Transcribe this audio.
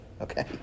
okay